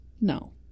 No